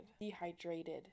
dehydrated